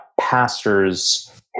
pastors